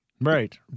Right